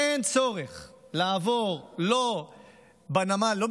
אין צורך לעבור לא בנמל,